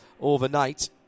overnight